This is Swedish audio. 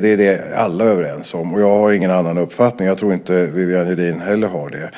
Det är alla överens om, och jag har ingen annan uppfattning. Jag tror inte att Viviann Gerdin heller har det.